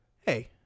Hey